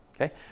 Okay